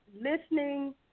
listening